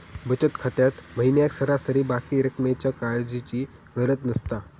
बचत खात्यात महिन्याक सरासरी बाकी रक्कमेच्या काळजीची गरज नसता